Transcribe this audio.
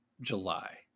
July